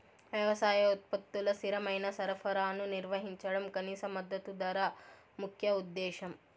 వ్యవసాయ ఉత్పత్తుల స్థిరమైన సరఫరాను నిర్వహించడం కనీస మద్దతు ధర ముఖ్య ఉద్దేశం